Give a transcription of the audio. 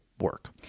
work